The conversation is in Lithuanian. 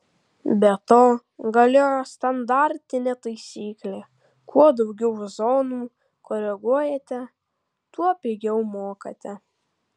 be to galioja standartinė taisyklė kuo daugiau zonų koreguojate tuo pigiau mokate